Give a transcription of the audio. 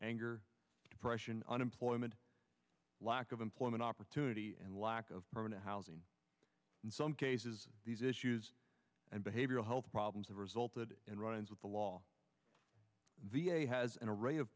anger depression unemployment lack of employment opportunity and lack of permanent housing in some cases these issues and behavioral health problems have resulted in run ins with the law